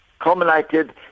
culminated